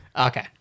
Okay